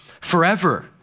forever